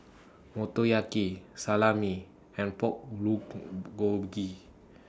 Motoyaki Salami and Pork Blue Bulgogi